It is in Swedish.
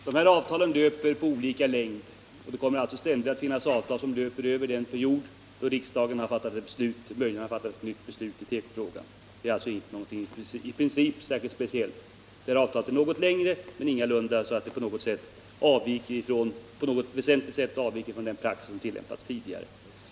Herr talman! Avtalen löper med olika längd, varför det ständigt kommer att finnas avtal som löper över den period då riksdagen möjligen har fattat ett nytt beslut i tekofrågan. Det är alltså inte fråga om någonting i princip speciellt. Avtalet är något längre men avviker ingalunda på något väsentligt sätt från den tidigare tillämpade praxisen.